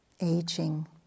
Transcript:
aging